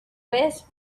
vez